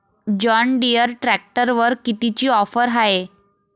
John Deere ट्रॅक्टरवर कितीची offer हाये?